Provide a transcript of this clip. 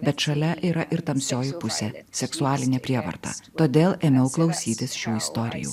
bet šalia yra ir tamsioji pusė seksualinė prievarta todėl ėmiau klausytis šių istorijų